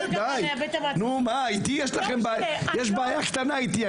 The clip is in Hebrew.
יש בעיה קטנה איתי,